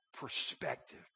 perspective